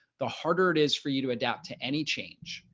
the harder it is for you to adapt to any change.